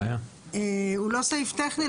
הוא לא סעיף טכני.